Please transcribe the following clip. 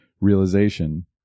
realization